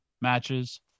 matches